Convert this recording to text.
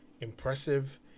impressive